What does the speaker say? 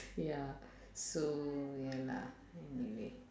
ya so ya lah anyway